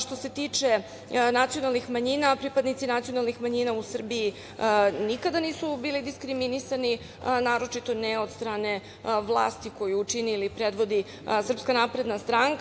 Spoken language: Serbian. Što se tiče nacionalnih manjina, pripadnici nacionalnih manjina u Srbiji nikada nisu bili diskriminisani, a naročito ne od strane vlasti koju čini ili predvodi SNS.